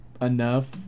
enough